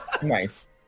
Nice